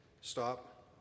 stop